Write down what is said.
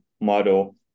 model